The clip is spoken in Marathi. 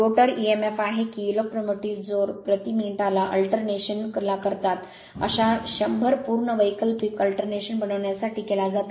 रोटर EMF आहे की इलेक्ट्रोमोटिव्ह जोर प्रति मिनिटला अल्टरनेशन ला करतात अशा 100 पूर्ण वैकल्पिक अल्टरनेशन बनवण्यासाठी केला जातो